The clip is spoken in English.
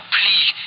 please